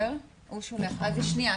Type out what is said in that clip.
רק שנייה.